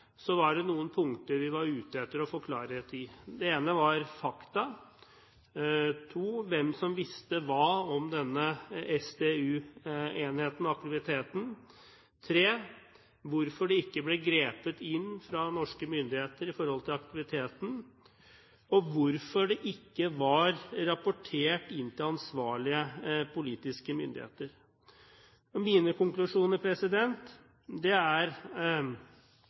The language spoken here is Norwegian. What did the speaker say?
var det noen punkter vi var ute etter å få klarhet i. Det ene var fakta, det andre hvem som visste hva om denne SDU-enheten og -aktiviteten, det tredje hvorfor det ikke ble grepet inn fra norske myndigheter i forhold til aktiviteten, og hvorfor det ikke var rapportert inn til ansvarlige politiske myndigheter. Mine konklusjoner er når det